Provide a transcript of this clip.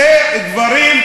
לאן אתה ממהר?